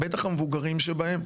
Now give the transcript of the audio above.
בטח המבוגרים שבהם,